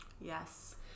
Yes